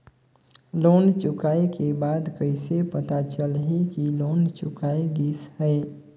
Loan चुकाय के बाद कइसे पता चलही कि लोन चुकाय गिस है?